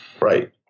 right